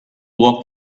walk